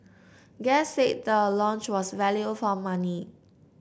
guests said the lounge was value for money